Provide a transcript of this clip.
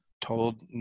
told